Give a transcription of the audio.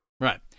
Right